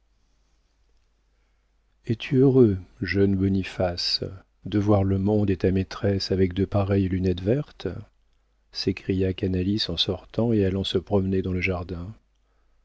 es-tu heureux jeune boniface de voir le monde et ta maîtresse avec de pareilles lunettes vertes s'écria canalis en sortant et allant se promener dans le jardin